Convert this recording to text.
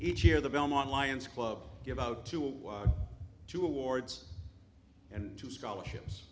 each year the belmont lions club give out two awards and two scholarships